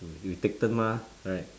you take turn mah right